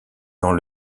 dans